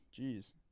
Jeez